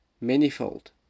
manifold